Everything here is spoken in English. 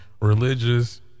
religious